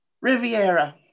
Riviera